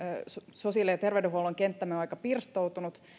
sosiaali ja terveydenhuollon kenttämme on aika pirstoutunut